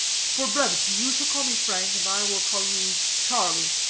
for brevity, you shall call me frank, and i will call you charlie.